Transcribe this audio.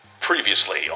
Previously